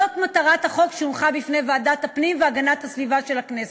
זאת מטרת החוק שהונחה בפני ועדת הפנים והגנת הסביבה של הכנסת.